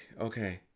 okay